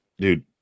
dude